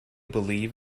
believe